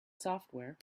software